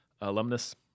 alumnus